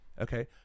okay